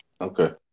Okay